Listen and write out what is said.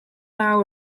naw